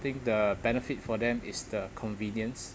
think the benefit for them is the convenience